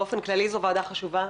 באופן כללי זו ועדה חשובה.